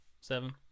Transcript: seven